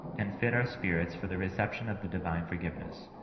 and fit our spirits for the reception of the divine forgiveness.